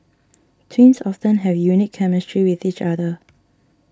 twins often have unique chemistry with each other